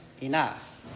enough